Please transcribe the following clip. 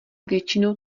většinou